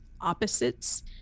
opposites